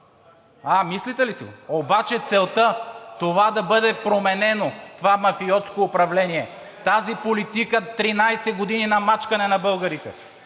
А, мислите ли си го? Обаче целта това да бъде променено това мафиотско управление, тази политика 13 години на мачкане на българите,